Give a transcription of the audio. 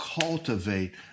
cultivate